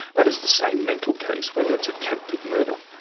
that is the same mental case, whether it's attempted murder,